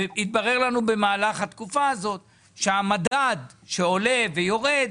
התברר לנו במהלך התקופה הזאת שהמדד שעולה ויורד,